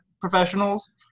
professionals